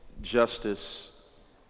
justice